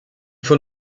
faut